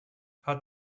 hat